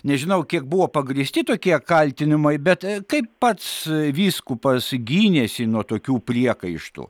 nežinau kiek buvo pagrįsti tokie kaltinimai bet kaip pats vyskupas gynėsi nuo tokių priekaištų